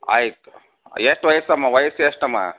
ಆಯಿತು ಎಷ್ಟು ವಯಸ್ಸಮ್ಮ ವಯಸ್ಸು ಎಷ್ಟಮ್ಮ